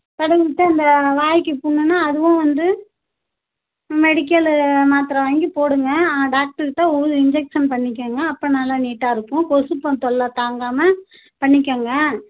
தடவி விட்டு அந்த வாய்க்கு புண்ணுன்னா அதுவும் வந்து மெடிக்கலு மாத்திர வாங்கிப் போடுங்க ஆனால் டாக்ட்ருக்கிட்ட ஒரு இன்ஜெக்ஷன் பண்ணிக்கோங்க அப்போ நல்லா நீட்டாக இருக்கும் கொசு ப தொல்லை தாங்காமல் பண்ணிக்கோங்க